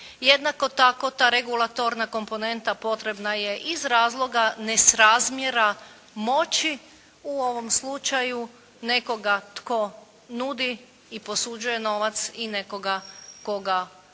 jednako tako ta regulatorna komponenta potrebna je i iz razloga nesrazmjera moći u ovom slučaju nekoga tko nudi i posuđuje novac i nekoga tko se